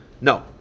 no